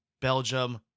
Belgium